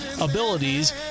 abilities